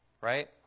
right